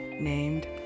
named